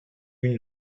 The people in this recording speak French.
une